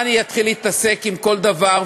מה אני אתחיל להתעסק עם כל דבר,